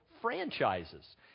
franchises